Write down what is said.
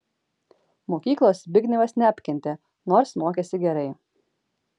mokyklos zbignevas neapkentė nors mokėsi gerai